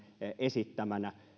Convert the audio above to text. esittämänä